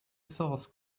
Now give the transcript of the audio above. source